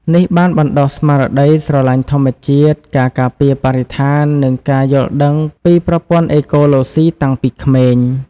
នេះបានបណ្តុះ ស្មារតីស្រឡាញ់ធម្មជាតិ ការការពារបរិស្ថាន និងការយល់ដឹងពីប្រព័ន្ធអេកូឡូស៊ីតាំងពីក្មេង។